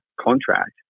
contract